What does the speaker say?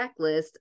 checklist